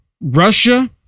Russia